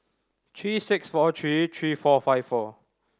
three six four three three four five four